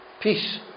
peace